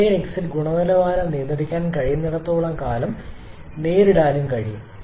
turbine exit ഗുണനിലവാരം നിയന്ത്രിക്കാൻ കഴിയുന്നിടത്തോളം കാലം നേരിടാനും കഴിയും